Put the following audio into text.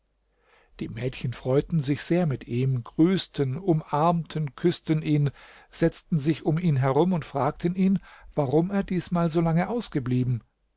die mädchen freuten sich sehr mit ihm grüßten umarmten küßten ihn setzten sich um ihn herum und fragten ihn warum er diesmal solange ausgeblieben